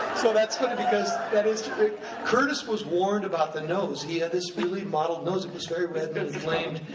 so that's funny, because that is curtis was warned about the nose, he had this really mottled nose, it was very red and inflamed,